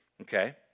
okay